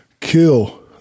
kill